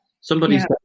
Somebody's